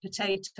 potato